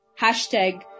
Hashtag